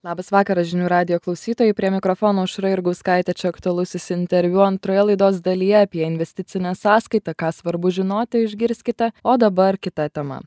labas vakaras žinių radijo klausytojai prie mikrofono aušra jurgauskaitė aktualusis interviu antroje laidos dalyje apie investicinę sąskaitą ką svarbu žinoti išgirskite o dabar kita tema